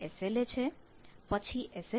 ને સંકલિત કરી તેનાથી ઉપલા સ્તરના એસ